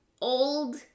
old